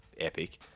Epic